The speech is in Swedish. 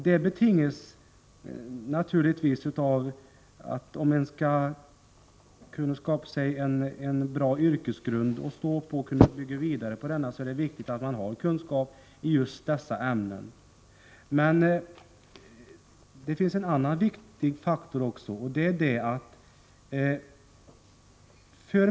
Detta betingas naturligtvis av att om man skall kunna skapa sig en bra yrkesgrund att stå på och bygga vidare på är det viktigt att man har kunskap i just dessa ämnen. Det finns dock ytterligare en viktig faktor.